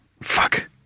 fuck